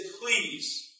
please